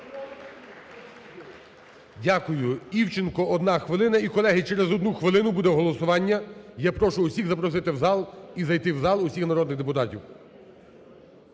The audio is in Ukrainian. Дякую. Івченко, одна хвилина. І, колеги, через одну хвилину буде голосування. Я прошу всіх запросити в зал і зайти в зал усіх народних депутатів.